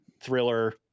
thriller